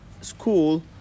school